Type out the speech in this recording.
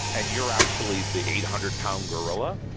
and you're actually the eight hundred pound gorilla,